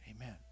Amen